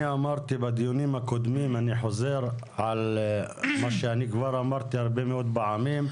אני אמרתי בדיונים הקודמים ואני חוזר על מה שכבר אמרתי הרבה מאוד פעמים.